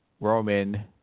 Roman